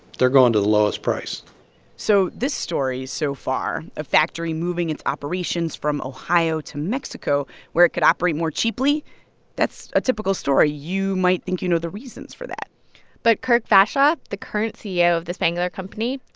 they're going to the lowest price so this story so far a factory moving its operations from ohio to mexico where it could operate more cheaply that's a typical story. you might think you know the reasons for that but kirk vashaw, the current ceo of the spangler company,